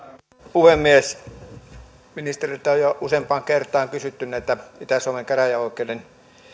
puhemies ministeriltä on jo useampaan kertaan kysytty näistä itä suomen käräjäoikeuden